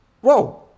whoa